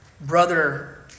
Brother